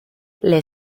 les